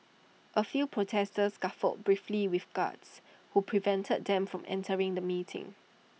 A few protesters scuffled briefly with guards who prevented them from entering the meeting